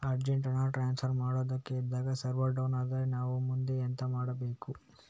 Urgent ಹಣ transfer ಮಾಡೋದಕ್ಕೆ ಇದ್ದಾಗ ಸರ್ವರ್ ಡೌನ್ ಆದರೆ ನಾವು ಮುಂದೆ ಎಂತ ಮಾಡಬೇಕು?